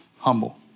humble